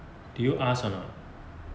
did you ask or not